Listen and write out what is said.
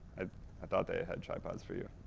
i i thought they had tripods for you,